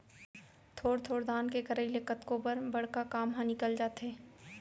थोर थोर दान के करई ले कतको बर बड़का काम ह निकल जाथे